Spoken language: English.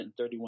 $131